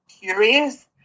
curious